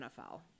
NFL